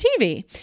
TV